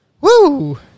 Woo